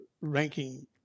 ranking